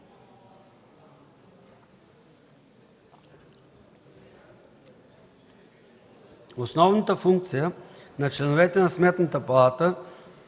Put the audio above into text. Основната функция на членовете на Сметната палата